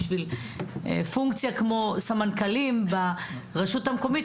בשביל פונקציה כמו סמנכ"לים ברשות המקומית.